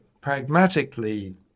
pragmatically